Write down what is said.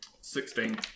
Sixteen